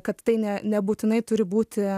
kad tai ne nebūtinai turi būti